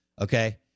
okay